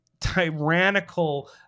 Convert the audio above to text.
tyrannical